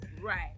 right